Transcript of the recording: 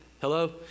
Hello